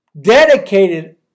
dedicated